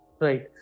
Right